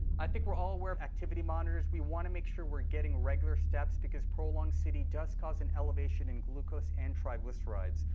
i think we're all aware of activity monitors. we want to make sure we're getting regular steps because prolonged sitting does cause an elevation in glucose and triglycerides.